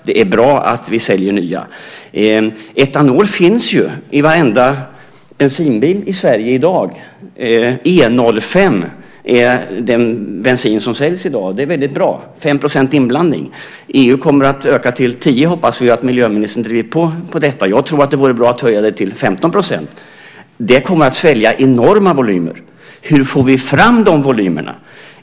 Det är bra att vi säljer nya. Etanol finns ju i varenda bensinbil i Sverige i dag. E 05 är den bensin som säljs i dag, med 5 % inblandning. Det är väldigt bra. EU kommer att öka till 10 %, och vi hoppas att miljöministern driver på detta. Jag tror att det vore bra att höja det till 15 %. Det kommer att svälja enorma volymer. Hur får vi fram de volymerna?